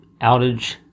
outage